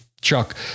Chuck